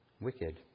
wicked